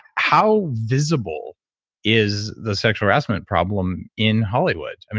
how visible is the sexual harassment problem in hollywood?